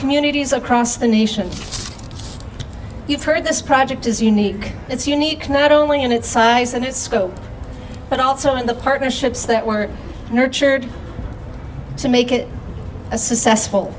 communities across the nation you've heard this project is unique it's unique not only in its size and its scope but also in the partnerships that were nurtured to make it a successful